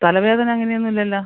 തലവേദന അങ്ങനെയൊന്നും ഇല്ലല്ലോ